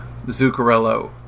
Zuccarello